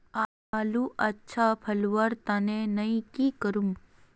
आलूर अच्छा फलवार तने नई की करूम?